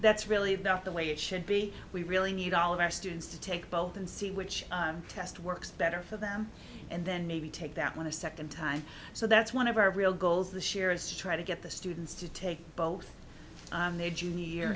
that's really not the way it should be we really need all of our students to take both and see which test works better for them and then maybe take that one a second time so that's one of our real goals this year is to try to get the students to take both in their junior year